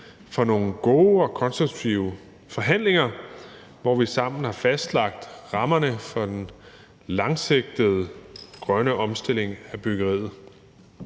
for nogle gode og konstruktive forhandlinger, hvor vi sammen har fastlagt rammerne for den langsigtede, grønne omstilling af byggeriet.